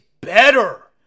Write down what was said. better